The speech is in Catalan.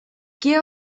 què